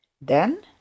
Then